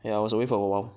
ya I was away for awhile